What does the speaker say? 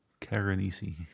Karenisi